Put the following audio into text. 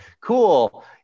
Cool